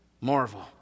marvel